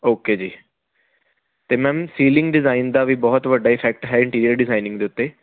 okay ਜੀ ਅਤੇ ma'am ceiling design ਦਾ ਵੀ ਬਹੁਤ ਵੱਡਾ ਇਫੈਕਟ ਹੈ ਇੰਟੀਰੀਅਰ ਡਿਜ਼ਾਇਨਿੰਗ ਦੇ ਉੱਤੇ